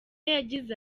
yagize